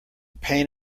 pain